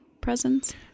presents